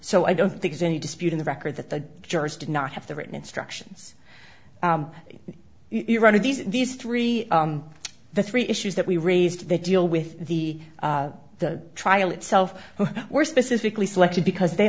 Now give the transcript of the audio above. so i don't think it's any dispute in the record that the jurors did not have the written instructions you're running these these three the three issues that we raised the deal with the the trial itself who were specifically selected because they